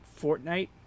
Fortnite